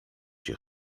się